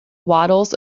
waddles